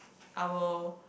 I will